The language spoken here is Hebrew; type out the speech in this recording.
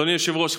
אדוני היושב-ראש,